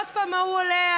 עוד פעם ההוא עולה,